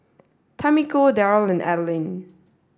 Tamiko Darrel and Adeline